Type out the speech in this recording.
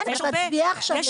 כן, את מצביעה עכשיו לשנתיים.